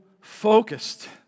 focused